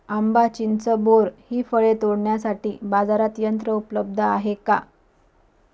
आंबा, चिंच, बोर हि फळे तोडण्यासाठी बाजारात यंत्र उपलब्ध आहेत का? या यंत्रांची माहिती व किंमत सांगा?